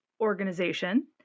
organization